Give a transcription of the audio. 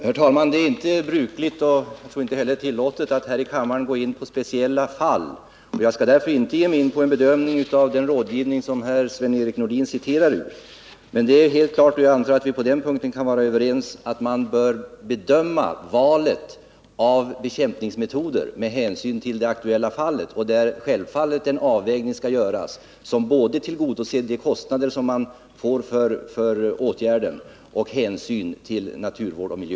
Herr talman! Det är inte brukligt och jag tror inte heller tillåtet att här i kammaren gå in på speciella fall. Jag skall därför inte ge mig in i någon bedömning av den rådgivning som Sven-Erik Nordin här citerar. Men det är helt klart —- jag antar att vi kan vara överens på den punkten —-att man bör göra valet av bekämpningsmetod med hänsyn till det aktuella fallet. Självfallet skall en avvägning göras mellan å ena sidan kostnaderna för åtgärden och effekten av den och å andra sidan hänsynen till naturvård och miljö.